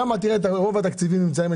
שם תראה את רוב התקציבים נמצאים.